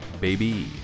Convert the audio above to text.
baby